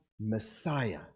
Messiah